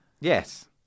Yes